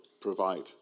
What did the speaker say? provide